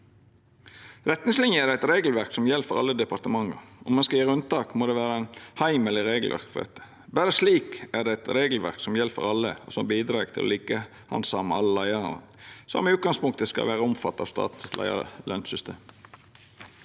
Retningslinjene er eit regelverk som gjeld for alle departementa. Om ein skal gjera unntak, må det vera ein heimel i regelverket for dette. Berre slik er det eit regelverk som gjeld for alle, og som bidreg til å likehandsama alle leiarar – som i utgangspunktet skal vera omfatta av leiarlønssystemet